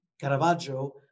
Caravaggio